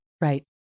Right